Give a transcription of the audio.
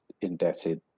indebted